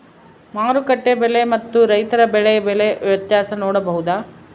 ಮಾರುಕಟ್ಟೆ ಬೆಲೆ ಮತ್ತು ರೈತರ ಬೆಳೆ ಬೆಲೆ ವ್ಯತ್ಯಾಸ ನೋಡಬಹುದಾ?